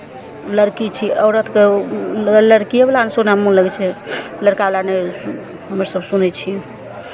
लड़की छी औरतके ओ लड़किएवला नहि सुनयमे मोन लगै छै लड़कावला नहि सु हमेसभ सुनै छियै